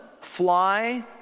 fly